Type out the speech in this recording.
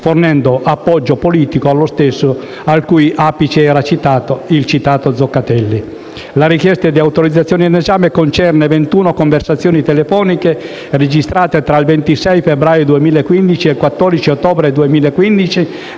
fornendo appoggio politico allo stesso, al cui apice era il citato Zoccatelli. La richiesta di autorizzazione in esame concerne 21 conversazioni telefoniche registrate tra il 26 febbraio 2015 ed il 14 ottobre 2015